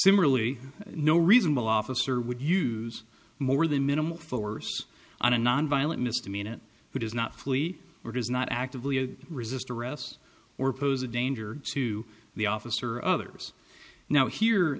similarly no reasonable officer would use more than minimum force on a nonviolent misdemeanor who does not flee or does not actively resist arrest or pose a danger to the officer others now here